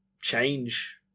change